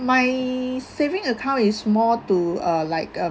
my saving account is more to uh like a